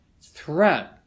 threat